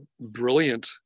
brilliant